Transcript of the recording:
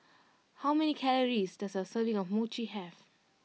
how many calories does a serving of Mochi have